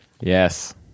yes